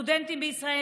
הסטודנטים בישראל,